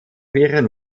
ihren